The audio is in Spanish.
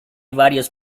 varios